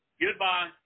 Goodbye